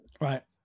right